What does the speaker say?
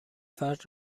فرد